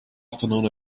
afternoon